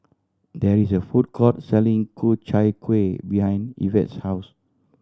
there is a food court selling Ku Chai Kueh behind Evette's house